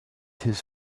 his